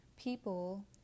people